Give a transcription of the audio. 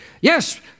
Yes